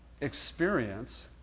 experience